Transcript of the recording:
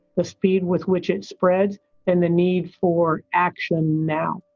the speed with which it spreads and the need for action now,